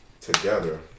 together